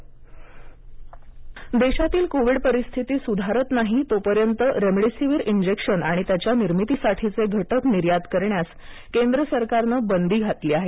remdesivir निर्यात बंदी देशातील कोविड परिस्थिती सुधारत नाही तोपर्यंत रेमडिसीवीर इंजेक्शन आणि त्याच्या निर्मितीसाठीचे घटक निर्यात करण्यास केंद्र सरकारने बंदी घातली आहे